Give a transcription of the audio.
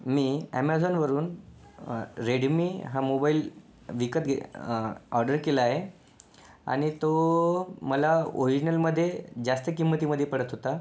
मी ॲमेझोनवरून रेडमी हा मोबाइल विकत घेत ऑर्डर केला आहे आणि तो मला ओरिजिनलमध्ये जास्त किंमतीमध्ये पडत होता